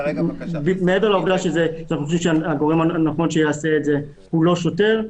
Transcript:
מעבר לעובדה שאנחנו חושבים שהגורם הנכון שיעשה את זה הוא לא שוטר,